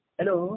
Hello